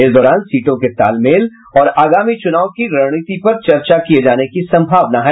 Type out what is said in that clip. इस दौरान सीटों के तालमेल और आगामी चुनाव की रणनीति पर चर्चा होने की सम्भावना है